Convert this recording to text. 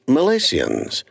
Malaysians